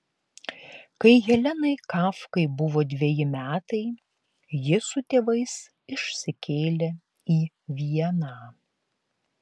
kai helenai kafkai buvo dveji metai ji su tėvais išsikėlė į vieną